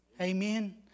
Amen